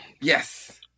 Yes